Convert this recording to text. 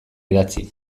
idatzi